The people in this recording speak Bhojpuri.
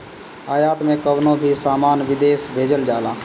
आयात में कवनो भी सामान विदेश भेजल जाला